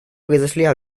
произошли